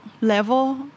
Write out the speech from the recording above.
level